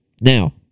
Now